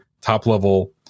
top-level